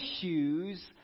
issues